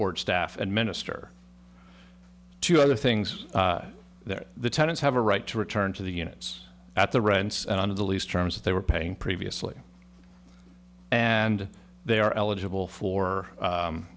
board staff administer to other things that the tenants have a right to return to the units at the rents and on the lease terms they were paying previously and they are eligible for